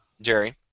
Jerry